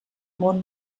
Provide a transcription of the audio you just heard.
món